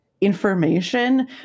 information